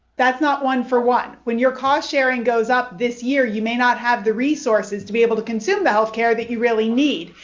that's not one for one. when your cost sharing goes up this year, you may not have the resources to be able to consume the health care that you really need.